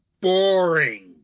boring